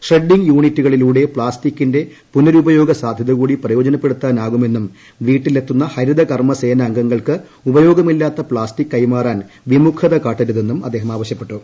shredding യൂണിറ്റികളിലൂടെ പ്ലാസ്റ്റിക്കിന്റെ പുനരുപയോഗ സാധ്യതകൂടി പ്രയോജനപ്പെടുത്താനാകുമെന്നും വീട്ടിലെത്തുന്ന ഹരിതകർമ സേനാംഗങ്ങൾക്ക് ഉപയോഗമില്ലാത്ത പ്ലാസ്റ്റിക് കൈമാറാൻ വിമുഖത കാട്ടരുതെന്നും അദ്ദേഹം ആവശ്യപ്പെട്ടു